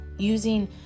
Using